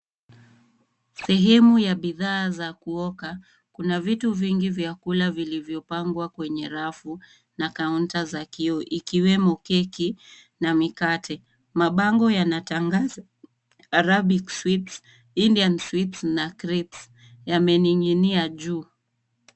Sehemu ya bidhaa za kuoka, kuna vitu vingi vya kula vilivyopangwa kwenye rafu na kaunta za kioo, ikiwemo keki na mikate. Mabango yanatangaza arabic sweets, indian sweets na crips yameninginia juu.